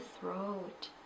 throat